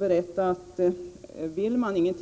Men vill man inget